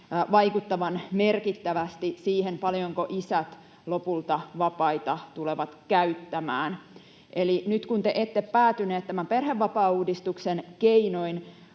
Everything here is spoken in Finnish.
vaikuttavan merkittävästi siihen, paljonko isät lopulta vapaita tulevat käyttämään. Eli nyt kun te ette päätyneet tämän perhevapaauudistuksen keinoin